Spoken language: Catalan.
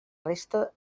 resta